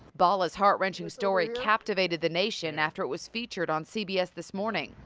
balla's heart wrenching story captivated the nation after it was featured on cbs this morning.